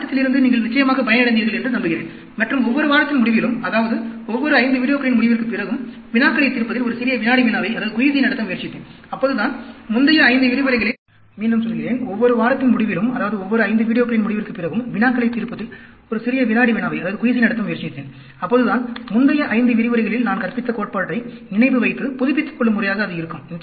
பாடத்திலிருந்து நீங்கள் நிச்சயமாக பயனடைந்தீர்கள் என்று நம்புகிறேன் மற்றும் ஒவ்வொரு வாரத்தின் முடிவிலும் அதாவது ஒவ்வொரு 5 வீடியோக்களின் முடிவிற்குப் பிறகும் வினாக்களைத் தீர்ப்பதில் ஒரு சிறிய வினாடி வினாவை நடத்த முயற்சித்தேன் அப்போதுதான் முந்தைய 5 விரிவுரைகளில் நான் கற்பித்த கோட்பாட்டை நினைவு வைத்து புதுப்பித்துக்கொள்ளும் முறையாக அது இருக்கும்